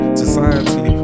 society